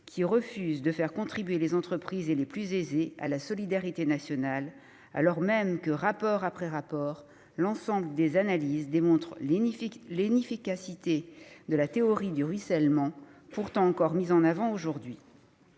qui refuse de faire contribuer les entreprises et les plus aisés à la solidarité nationale, alors même que, rapport après rapport, l'ensemble des analyses démontrent l'inefficacité de la théorie du ruissellement, pourtant encore mise en avant aujourd'hui.